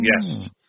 yes